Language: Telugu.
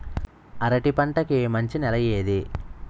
అరటి పంట కి మంచి నెల ఏది?